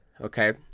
okay